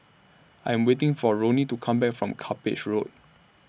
I Am waiting For Roni to Come Back from Cuppage Road